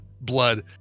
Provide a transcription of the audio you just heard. blood